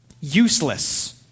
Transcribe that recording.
useless